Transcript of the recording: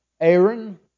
Aaron